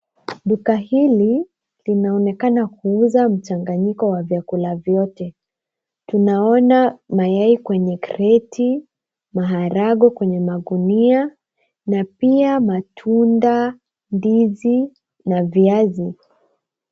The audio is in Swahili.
Duka hili linaonekana kuuza mchanganyiko wa vyakula vyote. Tunaona mayai kwenye kreti, maharagwe kwenye magunia na pia matunda, ndizi na viazi.